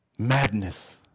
Madness